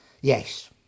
Yes